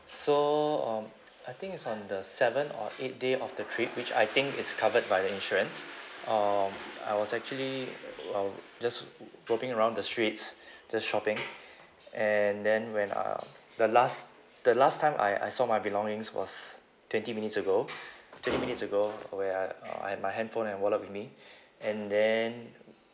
so um I think it's on the seventh or eighth day of the trip which I think is covered by the insurance um I was actually just roping around the streets just shopping and then when uh the last the last time I I saw my belongings was twenty minutes ago twenty minutes ago where I uh I my handphone and wallet with me and then